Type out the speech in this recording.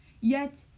Yet